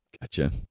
Gotcha